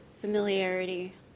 familiarity